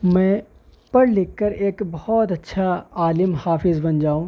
میں پڑھ لکھ کر ایک بہت اچھا عالم حافظ بن جاؤں